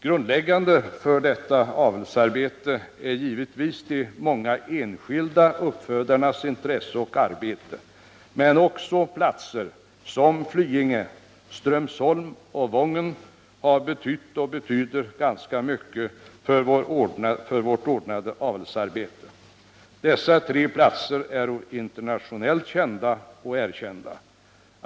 Grundläggande för detta avelsarbete är givetvis de många enskilda uppfödarnas intresse och arbete, men också platser som Flyinge, Strömsholm och Vången har betytt och betyder ganska mycket för vårt ordnade avelsarbete. Dessa tre platser är internationellt kända och erkända.